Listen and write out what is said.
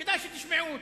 כדאי שתשמעו אותם.